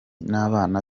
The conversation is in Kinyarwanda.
n’abana